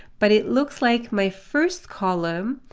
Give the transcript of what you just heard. but it looks like my first column,